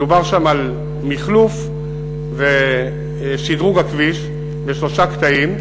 מדובר שם על מחלוף ושדרוג הכביש בשלושה קטעים,